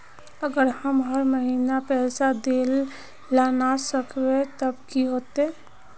अगर हम हर महीना पैसा देल ला न सकवे तब की होते?